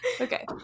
Okay